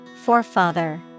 Forefather